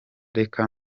reka